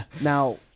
Now